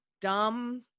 dumb